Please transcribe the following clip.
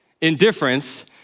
Indifference